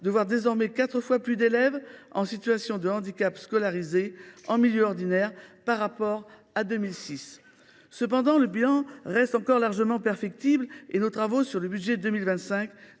de voir désormais quatre fois plus d’élèves en situation de handicap scolarisés en milieu ordinaire par rapport à 2006. Cependant, le bilan reste encore largement perfectible et nos travaux sur le budget pour